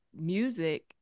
music